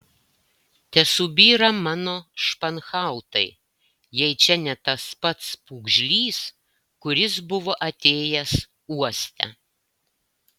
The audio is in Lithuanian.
tesubyra mano španhautai jei čia ne tas pats pūgžlys kuris buvo atėjęs uoste